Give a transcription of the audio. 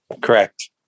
Correct